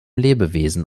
lebewesen